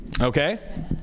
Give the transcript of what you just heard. Okay